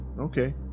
okay